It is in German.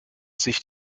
sich